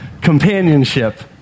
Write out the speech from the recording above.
companionship